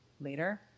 later